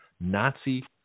Nazi